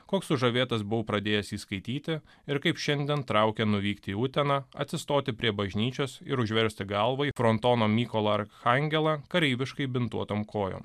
koks sužavėtas buvau pradėjęs jį skaityti ir kaip šiandien traukia nuvykti į uteną atsistoti prie bažnyčios ir užversti galvą į frontono mykolą arkangelą kareiviškai bintuotom kojom